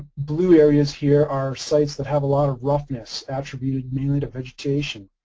blue areas here are sites that have a lot of roughness attributed mainly to vegetation.